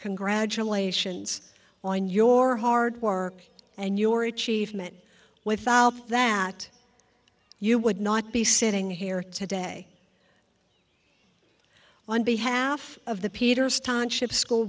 congratulations on your hard work and your achievement without that you would not be sitting here today on behalf of the peters timeship school